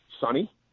sunny